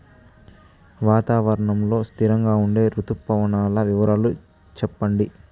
వాతావరణం లో స్థిరంగా ఉండే రుతు పవనాల వివరాలు చెప్పండి?